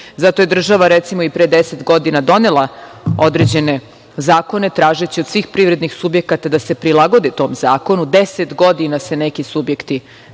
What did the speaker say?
Zato je država, recimo, i pre 10 godina donela određene zakone, tražeći od svih privrednih subjekata da se prilagode tom zakonu, 10 godina se neki subjekti